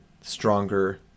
stronger